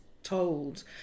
told